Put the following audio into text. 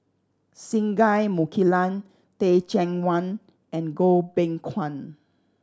Singai Mukilan Teh Cheang Wan and Goh Beng Kwan